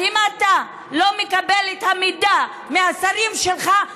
אז אם אתה לא מקבל את המידע מהשרים שלך,